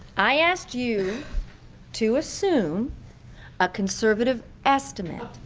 i asked you to assume a conservative estimate,